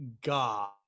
God